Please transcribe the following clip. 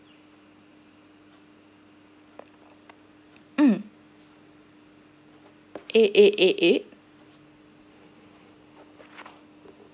mm eight eight eight eight